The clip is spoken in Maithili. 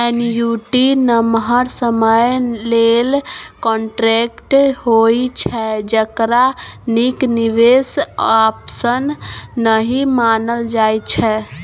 एन्युटी नमहर समय लेल कांट्रेक्ट होइ छै जकरा नीक निबेश आप्शन नहि मानल जाइ छै